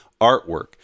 artwork